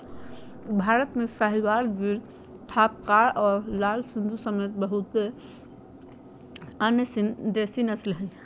भारत में साहीवाल, गिर थारपारकर और लाल सिंधी समेत बहुते अन्य देसी नस्ल हइ